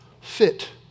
fit